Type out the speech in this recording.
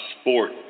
Sport